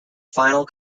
final